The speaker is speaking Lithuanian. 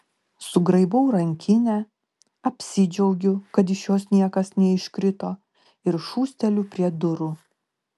sugraibau rankinę apsidžiaugiu kad iš jos niekas neiškrito ir šūsteliu prie durų